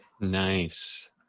Nice